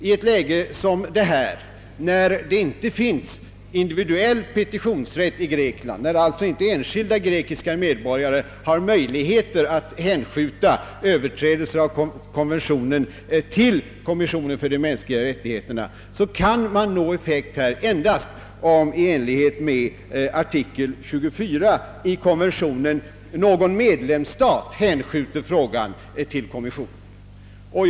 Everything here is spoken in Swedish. I ett läge som det nuvarande, när det inte finns individuell petitionsrätt i Grekland, när alltså inte enskilda grekiska medborgare har möjligheter att hänskjuta överträdelser av konventionen till Kommissionen för de mänskliga rättigheterna, så kan man nå effekt endast om i enlighet med artikel 24 i konventionen någon medlemsstat hänskjuter frågan till kommissionen.